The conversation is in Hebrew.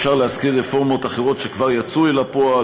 אפשר להזכיר רפורמות אחרות שכבר יצאו אל הפועל,